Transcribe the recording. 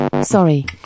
Sorry